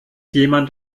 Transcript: jemand